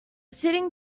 sitting